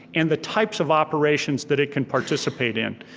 and the types of operations that it can participate in.